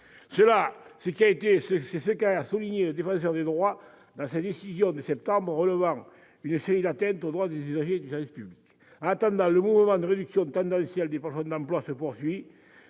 À cet égard, le Défenseur des droits a relevé, dans sa décision de septembre, une série d'atteintes aux droits des usagers du service public. En attendant, le mouvement de réduction tendancielle des plafonds d'emplois se poursuit.